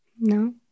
no